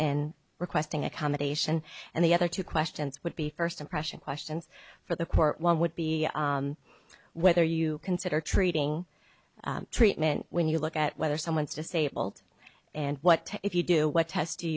in requesting accommodation and the other two questions would be first impression questions for the court one would be whether you consider treating treatment when you look at whether someone is disabled and what if you do what test